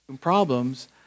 problems